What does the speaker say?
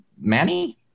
Manny